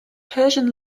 persian